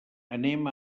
anem